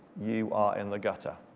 you are in the gutter.